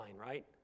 right